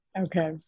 Okay